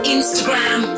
Instagram